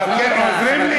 עוזרים לי?